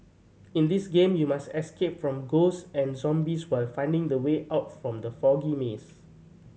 in this game you must escape from ghost and zombies while finding the way out from the foggy maze